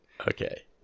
Okay